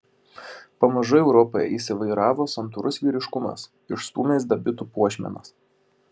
pamažu europoje įsivyravo santūrus vyriškumas išstūmęs dabitų puošmenas